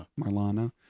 Marlana